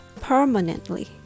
permanently